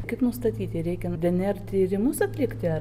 kaip nustatyti reikia dnr tyrimus atlikti ar